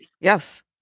Yes